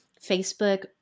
Facebook